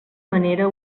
manera